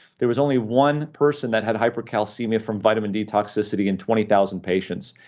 there was only one person that had hypercalcemia from vitamin d toxicity in twenty thousand patients,